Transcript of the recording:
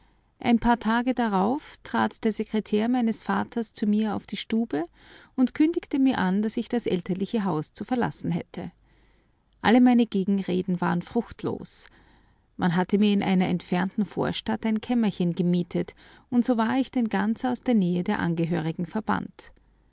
ein paar tage darauf trat der sekretär meines vaters zu mir auf die stube und kündigte mir an daß ich das elterliche haus zu verlassen hätte alle meine gegenreden waren fruchtlos man hatte mir in einer entfernten vorstadt ein kämmerchen gemietet und so war ich denn ganz aus der nähe der angehörigen verbannt